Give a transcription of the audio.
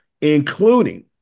including